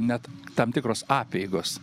net tam tikros apeigos